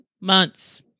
months